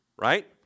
right